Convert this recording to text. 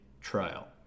trial